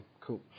cool